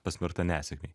pasmerkta nesėkmei